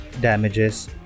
damages